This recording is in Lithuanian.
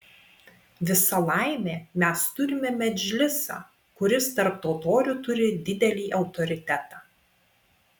visa laimė mes turime medžlisą kuris tarp totorių turi didelį autoritetą